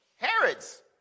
Herod's